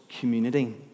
community